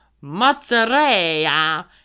mozzarella